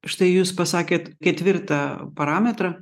štai jūs pasakėt ketvirtą parametrą